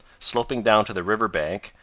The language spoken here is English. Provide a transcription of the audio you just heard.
sloping down to the river-bank,